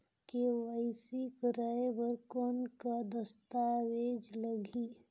KYC कराय बर कौन का दस्तावेज लगही?